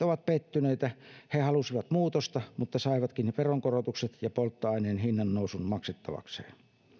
ovat pettyneitä he halusivat muutosta mutta saivatkin veronkorotukset ja polttoaineen hinnannousun maksettavakseen